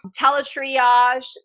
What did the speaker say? teletriage